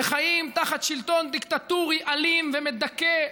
וחיים תחת שלטון דיקטטורי אלים ומדכא,